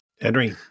Henry